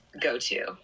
go-to